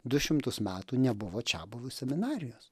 du šimtus metų nebuvo čiabuvių seminarijos